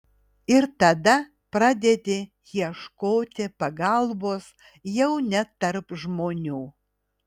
ir tada pradedi ieškoti pagalbos jau ne tarp žmonių